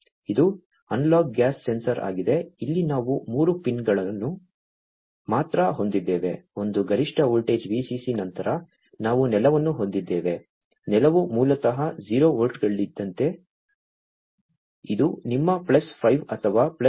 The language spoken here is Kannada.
ಇದು ಅನಲಾಗ್ ಗ್ಯಾಸ್ ಸೆನ್ಸಾರ್ ಆಗಿದೆ ಇಲ್ಲಿ ನಾವು ಮೂರು ಪಿನ್ಗಳನ್ನು ಮಾತ್ರ ಹೊಂದಿದ್ದೇವೆ ಒಂದು ಗರಿಷ್ಠ ವೋಲ್ಟೇಜ್ VCC ನಂತರ ನಾವು ನೆಲವನ್ನು ಹೊಂದಿದ್ದೇವೆ ನೆಲವು ಮೂಲತಃ 0 ವೋಲ್ಟ್ಗಳಂತಿದೆ ಇದು ನಿಮ್ಮ ಪ್ಲಸ್ 5 ಅಥವಾ ಪ್ಲಸ್ 3